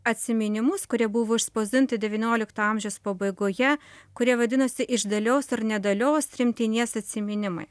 atsiminimus kurie buvo išspausdinti devyniolikto amžiaus pabaigoje kurie vadinasi iš dalios ir nedalios tremtinės atsiminimai